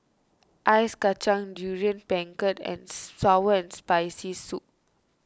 Ice Kachang Durian Pengat and Sour Spicy Soup